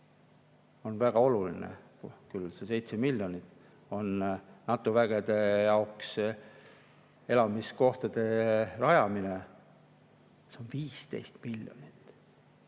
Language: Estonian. on väga oluline küll, 7 miljonit on NATO vägede jaoks elamiskohtade rajamine. Aga 15 miljonit!